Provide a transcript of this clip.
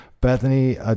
Bethany